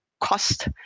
cost